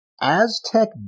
Aztec